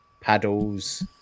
paddles